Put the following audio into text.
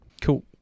Cool